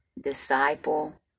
disciple